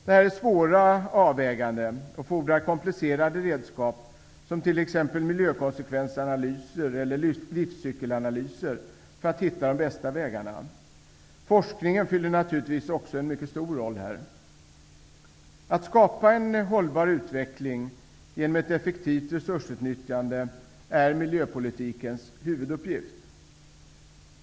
Detta är svåra avväganden och fordrar komplicerade redskap, som t.ex. miljökonsekvensanalyser eller livscykelanalyser, för att vi skall hitta de bästa vägarna. Forskning fyller naturligtvis också en mycket stor roll här. Att skapa en hållbar utveckling genom ett effektivt resursutnyttjande är miljöpolitikens huvuduppgift.